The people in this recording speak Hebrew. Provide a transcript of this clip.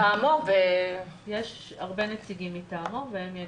יש הרבה נציגים מטעמו והם יגיבו.